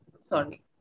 Sorry